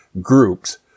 groups